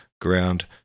ground